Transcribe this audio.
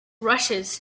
rushes